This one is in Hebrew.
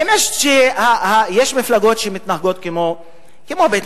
האמת שיש מפלגות שמתנהגות כמו בֵּית,